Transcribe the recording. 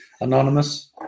Anonymous